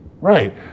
Right